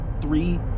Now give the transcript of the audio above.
Three